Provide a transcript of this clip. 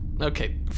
okay